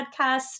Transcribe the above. podcast